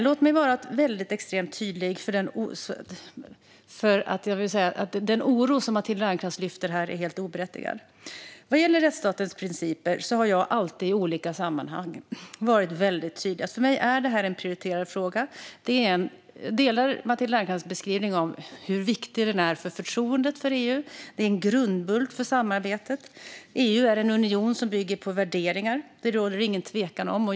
Låt mig vara extremt tydlig. Den oro som Matilda Ernkrans lyfter fram här är helt oberättigad. Vad gäller rättsstatens principer har jag alltid i olika sammanhang varit väldigt tydlig. För mig är det en prioriterad fråga. Jag delar Matilda Ernkrans beskrivning av hur viktigt det är för förtroendet för EU. Det är en grundbult för samarbetet. EU är en union som bygger på värderingar. Det råder det ingen tvekan om.